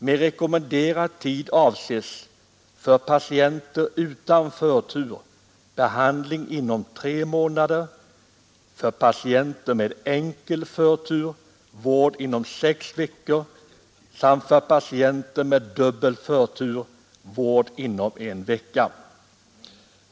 Med rekommenderad tid avses för patienter utan förtur behandling inom tre månader, för patienter med enkel förtur vård inom sex veckor samt för patienter med dubbel förtur vård inom en vecka.